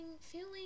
feeling